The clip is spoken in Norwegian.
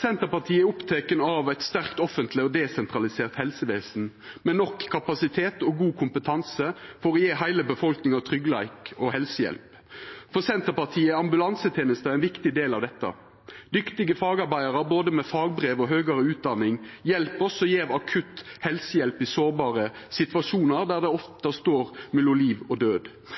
Senterpartiet er oppteke av eit sterkt offentleg og desentralisert helsevesen, med nok kapasitet og god kompetanse for å gje heile befolkninga tryggleik og helsehjelp. For Senterpartiet er ambulansetenesta ein viktig del av dette. Dyktige fagarbeidarar, både med fagbrev og høgare utdanning, hjelper oss og gjev akutt helsehjelp i sårbare situasjonar der det ofte står om liv og død.